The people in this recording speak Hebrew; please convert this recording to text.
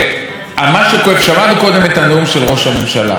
מה שכואב, שמענו קודם את הנאום של ראש הממשלה.